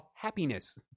happiness